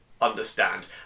understand